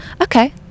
okay